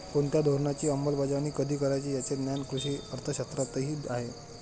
कोणत्या धोरणाची अंमलबजावणी कधी करायची याचे ज्ञान कृषी अर्थशास्त्रातही आहे